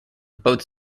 both